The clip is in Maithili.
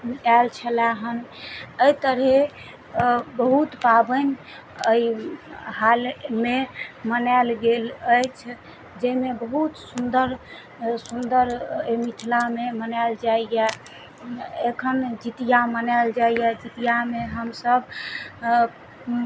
आएल छल हन एहि तरहे बहुत पाबनि एहि हालमे मनाएल गेल अछि जाहिमे बहुत सुन्दर सुन्दर एहि मिथिलामे मनाएल जाइया एखन जितिया मनाएल जाइया जितियामे हमसब